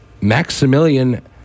Maximilian